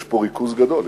יש פה ריכוז גדול.